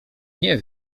nie